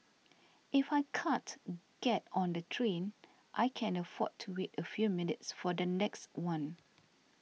if I can't get on the train I can afford to wait a few minutes for the next one